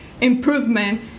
improvement